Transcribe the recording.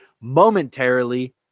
momentarily